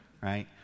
right